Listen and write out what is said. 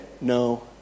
No